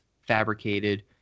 fabricated